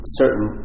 certain